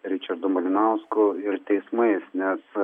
ričardu malinausku ir teismais nes